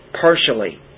partially